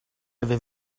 avait